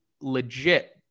legit